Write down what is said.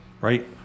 right